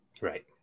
Right